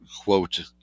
quote